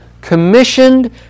commissioned